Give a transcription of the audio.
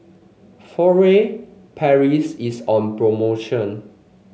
Furtere Paris is on promotion